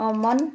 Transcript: Aman